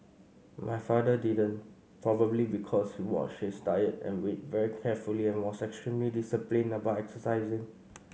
my father didn't probably because he watched his diet and weight very carefully and was extremely disciplined about exercising